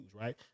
right